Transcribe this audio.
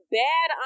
bad